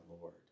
Lord